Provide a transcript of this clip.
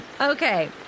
okay